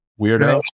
weirdo